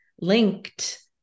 linked